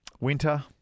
Winter